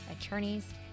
attorneys